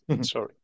Sorry